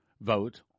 vote